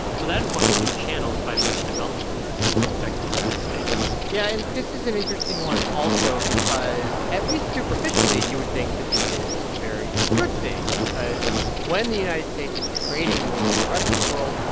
so that is one of the new channels by which developments overseas affect the united states yeah, and this is an interesting one also because, at least superficially, you would think that this is a very good thing because when the united states is trading more with the rest of the world,